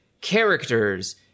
characters